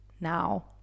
now